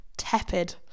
tepid